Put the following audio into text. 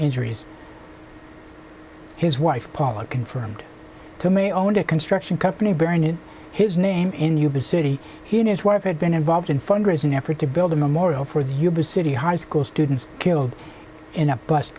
injuries his wife paula confirmed to me only a construction company burned in his name in yuba city he and his wife had been involved in fundraising effort to build a memorial for the uber city high school students killed in a bus